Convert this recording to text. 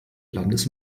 landes